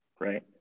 right